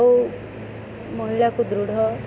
ଓ ମହିଳାକୁ ଦୃଢ଼